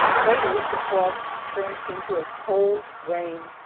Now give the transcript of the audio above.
later the fog turned into a cold rain,